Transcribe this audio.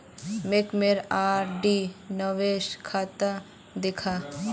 मोक मोर आर.डी निवेश खाता दखा